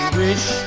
wish